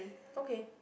okay